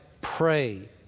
pray